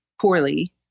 poorly